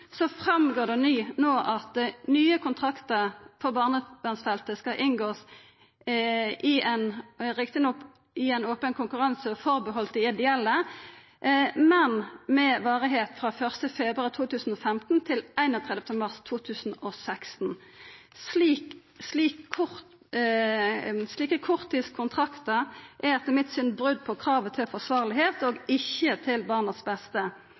ein – riktig nok – open konkurranse berre for dei ideelle, men med varigheit frå 1. februar 2015 til 31. mars 2016. Slike korttidskontraktar er etter mitt syn eit brot på kravet til kva som er forsvarleg, og er ikkje til barnas beste.